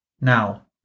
Now